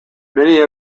many